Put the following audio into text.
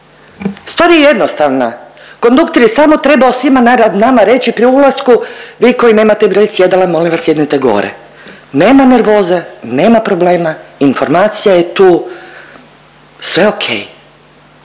Stvar je jednostavna, kondukter je samo trebao svima nama reći pri ulasku vi koji nemate broj sjedala molim vas sjednite gore. Nema nervoze, nema problema, informacija je tu, sve okej.